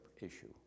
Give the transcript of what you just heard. issue